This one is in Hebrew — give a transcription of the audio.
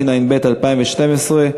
התשע"ב 2012,